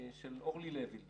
של אורלי לוי.